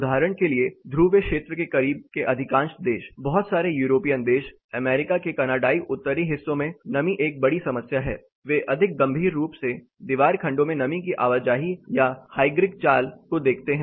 उदाहरण के लिए ध्रुवीय क्षेत्र के करीब के अधिकांश देश बहुत सारे यूरोपीयन देश अमेरिका के कनाडाई उत्तरी हिस्सों में नमी एक बड़ी समस्या हैं वे अधिक गंभीर रूप से दीवार खंडों में नमी की आवाजाही या हाइग्रिक चाल को देखते हैं